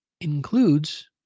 includes